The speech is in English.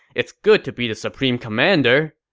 it's good to be the supreme commander.